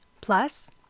Plus